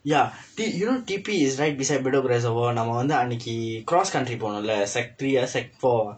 ya dey you know T_P is right beside bedok reservoir நம்ம வந்து அன்னக்கி:namma vandthu annaikki cross country போனோம்:poonoom sec three-aa sec four-aa